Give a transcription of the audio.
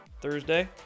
Thursday